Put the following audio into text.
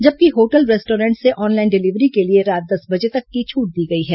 जबकि hotel restaurant से online delivery के लिए रात दस बजे तक की छूट दी गई है